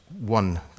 one